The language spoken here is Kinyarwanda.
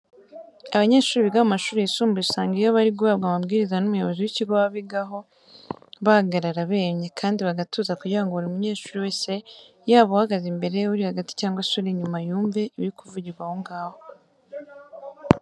Abanyeshuri biga mu mashuri yisumbuye usanga iyo bari guhabwa amabwiriza n'umuyobozi w'ikigo baba bigaho bahagarara bemye, kandi bagatuza kugira buri munyeshuri wese yaba uhagaze imbere, uri hagati cyangwa se uri inyuma yumve ibiri kuvugirwa aho ngaho.